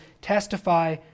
testify